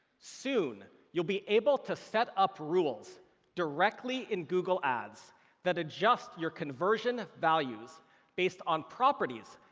soon, you'll be able to set up rules directly in google ads that adjust your conversion values based on properties